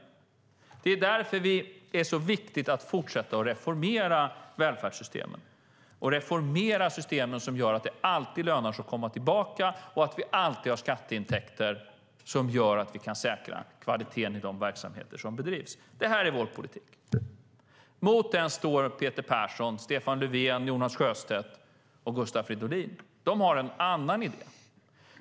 Därför är det så viktigt att fortsätta reformera välfärdssystemet, att reformera systemen som gör att det alltid lönar sig att komma tillbaka och att alltid ha skatteintäkter som gör att vi kan säkra kvaliteten i de verksamheter som bedrivs. Det är vår politik. Mot den står Peter Persson, Stefan Löfven, Jonas Sjöstedt och Gustav Fridolin. De har en annan idé.